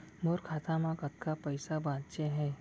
मोर खाता मा कतका पइसा बांचे हे?